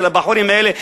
של הבחורים האלה,